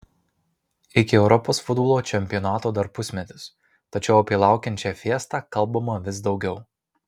iki europos futbolo čempionato dar pusmetis tačiau apie laukiančią fiestą kalbama vis daugiau